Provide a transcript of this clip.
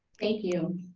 thank you.